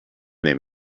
name